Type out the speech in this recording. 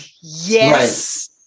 yes